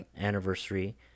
anniversary